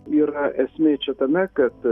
yra esmė čia tame kad